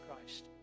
Christ